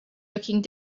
looking